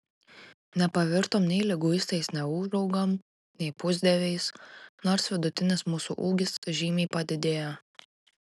nepavirtom nei liguistais neūžaugom nei pusdieviais nors vidutinis mūsų ūgis žymiai padidėjo